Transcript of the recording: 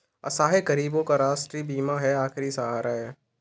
असहाय गरीबों का राष्ट्रीय बीमा ही आखिरी सहारा है